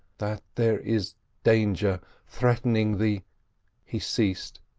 that there is danger threatening the he ceased,